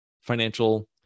financial